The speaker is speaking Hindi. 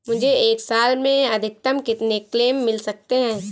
मुझे एक साल में अधिकतम कितने क्लेम मिल सकते हैं?